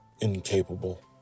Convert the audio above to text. incapable